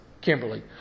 Kimberly